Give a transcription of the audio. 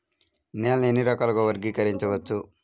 నేలని ఎన్ని రకాలుగా వర్గీకరించవచ్చు?